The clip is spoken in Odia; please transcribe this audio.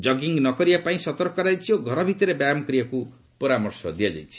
ଜଗିଂ ନକରିବା ପାଇଁ ସତର୍କ କରାଯାଇଛି ଓ ଘର ଭିତରେ ବ୍ୟାୟାମ କରିବାକୁ ପରାମର୍ଶ ଦିଆଯାଇଛି